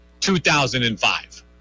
2005